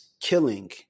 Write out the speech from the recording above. killing